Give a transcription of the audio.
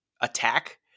attack